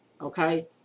okay